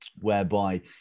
whereby